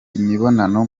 imibonano